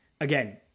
again